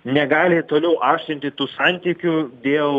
negali toliau aštrinti tų santykių dėl